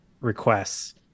requests